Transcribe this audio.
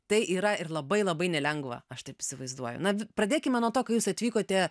tai yra ir labai labai nelengva aš taip įsivaizduoju na pradėkime nuo to kai jūs atvykote